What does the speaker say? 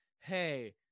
hey